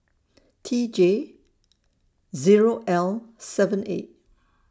T J Zero L seven A